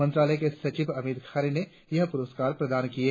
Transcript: मंत्रालय में सचिव अमित खरे ने यह पुरस्कार प्रदान किए